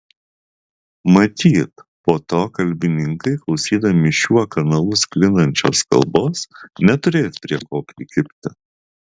matyt po to kalbininkai klausydami šiuo kanalu sklindančios kalbos neturės prie ko prikibti